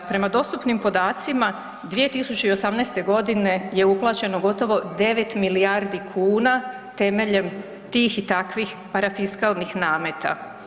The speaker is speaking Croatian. Prema dostupnim podacima 2018. godine je uplaćeno gotovo 9 milijardi kuna temeljem tih i takvih parafiskalnih nameta.